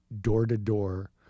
door-to-door